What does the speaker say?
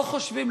לא חושבים,